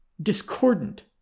discordant